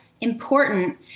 important